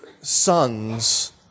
sons